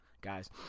guys